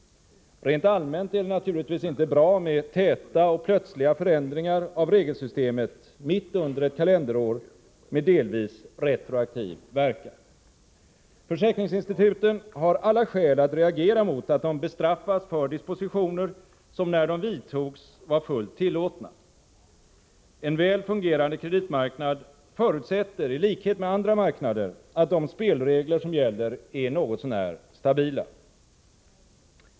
Rent allmänt är det naturligtvis inte bra med täta och plötsliga förändringar av regelsystemet mitt under ett kalenderår med delvis retroaktiv verkan. Försäkringsinstituten har alla skäl att reagera mot att de bestraffas för dispositioner som när de vidtogs var fullt tillåtna. En väl fungerande kreditmarknad förutsätter i likhet med andra marknader att de spelregler som gäller är något så när stabila.